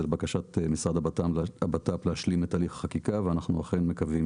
זה לבקש משרד הבט"פ להשלים את הליך החקיקה ואנחנו אכן מקווים